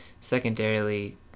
secondarily